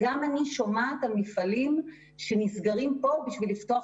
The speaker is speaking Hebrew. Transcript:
גם אני שומעת על מפעלים שנסגרים פה בשביל לפתוח